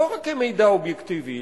לא רק כמידע אובייקטיבי,